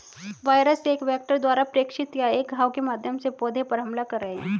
virus एक vector द्वारा प्रेषित या एक घाव के माध्यम से पौधे पर हमला कर रहे हैं